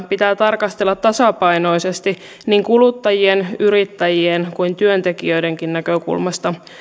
pitää tarkastella tasapainoisesti niin kuluttajien yrittäjien kuin työntekijöidenkin näkökulmasta